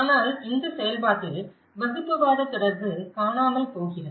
ஆனால் இந்த செயல்பாட்டில் வகுப்புவாத தொடர்பு காணாமல் போகிறது